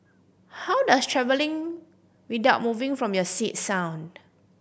how does travelling without moving from your seat sound